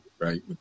right